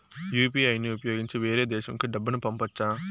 UPI ని ఉపయోగించి వేరే దేశంకు డబ్బును పంపొచ్చా?